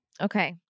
Okay